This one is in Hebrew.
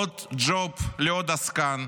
עוד ג'וב לעוד עסקן,